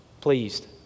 pleased